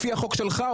לפי החוק שלך,